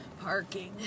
parking